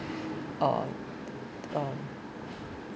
uh uh